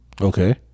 okay